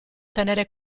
tenere